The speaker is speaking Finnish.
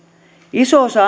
iso osa